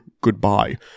goodbye